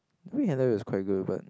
near the end it was quite good but